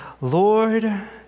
Lord